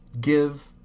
give